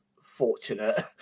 fortunate